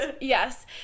Yes